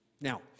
Now